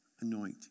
Anoint